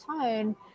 tone